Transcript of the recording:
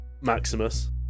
Maximus